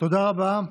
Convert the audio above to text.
תודה רבה.